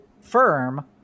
firm